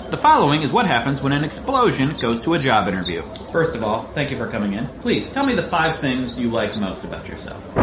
the following is what happen when an explosion goes to a job interview. first of all, thank you for coming in. please, tell me the five things you like most about yourself.